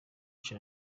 cha